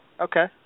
Okay